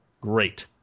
great